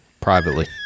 privately